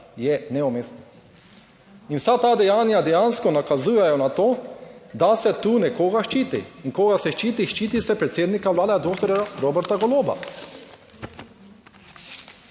je neumestno. In vsa ta dejanja dejansko nakazujejo na to, da se tu nekoga ščiti. In koga se ščiti? Ščiti se predsednika Vlade, doktorja Roberta Goloba.